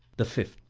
the fifth.